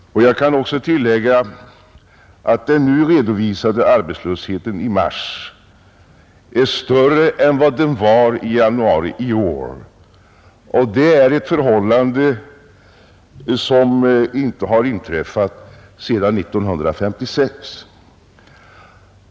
Jag kan också tillägga att den redovisade arbetslösheten i år är större för mars månad än för januari, och det är ett förhållande som inte har inträffat sedan 1956.